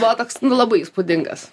buvo toks labai įspūdingas